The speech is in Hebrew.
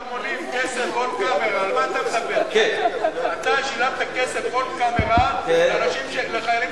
אתה שילמת כסף, on camera, לחיילים